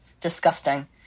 disgusting